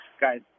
guy's